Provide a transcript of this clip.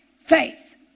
Faith